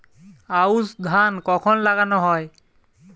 আউশ ধান কখন লাগানো হয়?